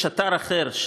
יש אתר אחר,